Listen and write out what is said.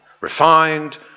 refined